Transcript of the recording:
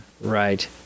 Right